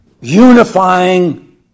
unifying